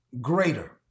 greater